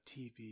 TV